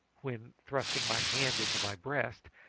when, thrusting my hand into my breast,